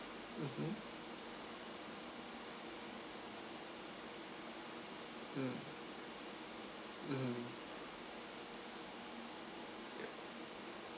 mmhmm um um yeah